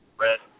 red